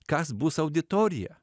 kas bus auditorija